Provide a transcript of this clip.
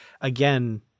again